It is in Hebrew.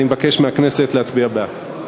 אני מבקש מהכנסת להצביע בעד.